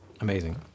Amazing